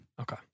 Okay